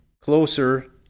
closer